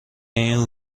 این